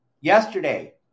yesterday